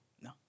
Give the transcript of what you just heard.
No